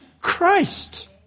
Christ